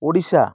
Odisha